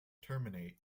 terminate